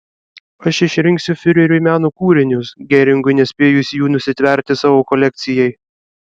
aš išrinksiu fiureriui meno kūrinius geringui nespėjus jų nusitverti savo kolekcijai